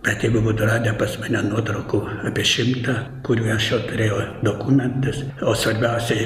bet jeigu būtų radę pas mane nuotraukų apie šimtą kurių aš jau turėjau dokumentas o svarbiausiai